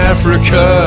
Africa